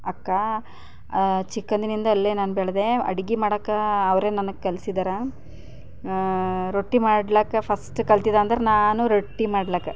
ಅಕ್ಕ ಚಿಕ್ಕಂದಿನಿಂದ ಅಲ್ಲೇ ನಾನು ಬೆಳೆದೆ ಅಡುಗೆ ಮಾಡೋಕೆ ಅವರೇ ನನಗೆ ಕಲಿಸಿದರು ರೊಟ್ಟಿ ಮಾಡ್ಲಿಕ್ಕೆ ಫಸ್ಟ್ ಕಲ್ತಿದ್ದೆಂದ್ರೆ ನಾನು ರೊಟ್ಟಿ ಮಾಡ್ಲಿಕ್ಕೆ